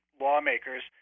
lawmakers